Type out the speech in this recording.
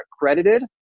accredited